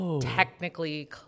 technically